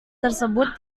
tersebut